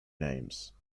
names